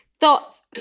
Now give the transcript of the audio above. thoughts